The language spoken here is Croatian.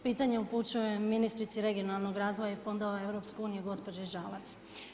Pitanje upućujem ministrici regionalnog razvoja i fondova EU-a, gospođi Žalac.